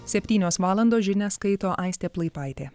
septynios valandos žinias skaito aistė plaipaitė